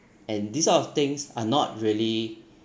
and these sort of things are not really